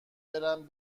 برم